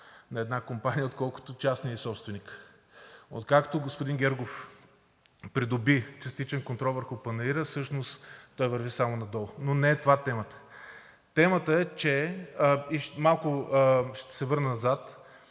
на една компания, отколкото частният ѝ собственик. Откакто господин Гергов придоби частичен контрол върху панаира, той всъщност върви само надолу, но не е това темата. Темата е, малко ще се върна назад,